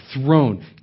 throne